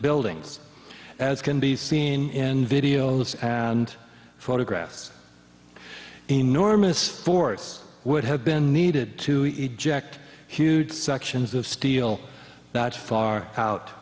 buildings as can be seen in videos and photographs enormous force would have been needed to eat jacked huge sections of steel that far out